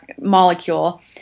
molecule